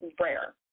rare